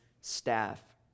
staff